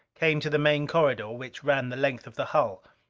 came to the main corridor, which ran the length of the hull.